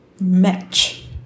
match